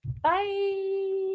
bye